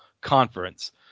Conference